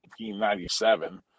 1997